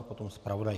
Potom zpravodaj.